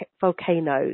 volcanoes